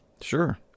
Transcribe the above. Sure